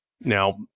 Now